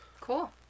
Cool